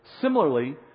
Similarly